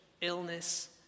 illness